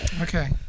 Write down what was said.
Okay